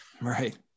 right